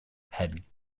had